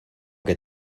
que